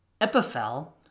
Epiphel